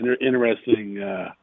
interesting